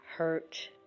hurt